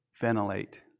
ventilate